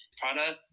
product